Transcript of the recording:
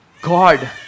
God